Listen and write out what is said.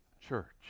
church